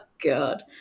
god